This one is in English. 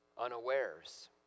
unawares